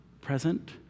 present